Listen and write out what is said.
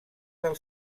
del